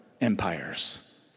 empires